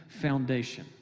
foundation